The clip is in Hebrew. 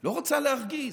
לא רוצה להרגיז,